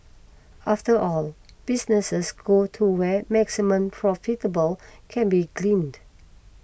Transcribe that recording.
after all businesses go to where maximum profitable can be gleaned